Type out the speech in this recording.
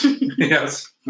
Yes